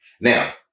Now